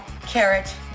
carrot